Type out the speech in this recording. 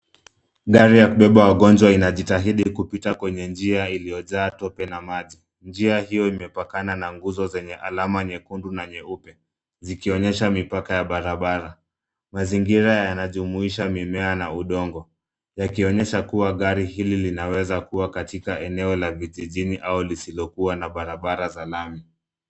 Gari ya kubeba wagonjwa inajitahidi kupita kwenye njia iliyojaa tope na maji. Njia hiyo imepakana na nguzo zenye alama nyekundu na nyeupe zikionyesha mipaka ya barabara. Mazingira yanajumuisha mimea na udongo yakionyesha kuwa gari hili linaweza kuwa katika eneo la vijijini au lisilokuwa na barabara za lami.